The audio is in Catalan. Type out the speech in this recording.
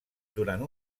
durant